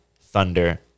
Thunder